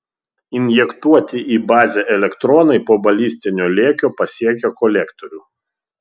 injektuoti į bazę elektronai po balistinio lėkio pasiekia kolektorių